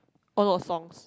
oh no songs